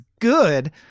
good